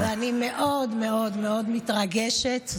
ואני מאוד מאוד מתרגשת.